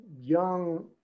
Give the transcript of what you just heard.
young